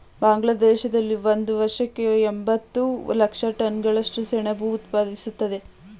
ಬಾಂಗ್ಲಾದೇಶದಲ್ಲಿ ಒಂದು ವರ್ಷಕ್ಕೆ ಎಂಬತ್ತು ಲಕ್ಷ ಟನ್ಗಳಷ್ಟು ಸೆಣಬನ್ನು ಉತ್ಪಾದಿಸ್ತದೆ